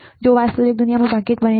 જો કેવાસ્તવિક દુનિયા આ ભાગ્યે જ બને છે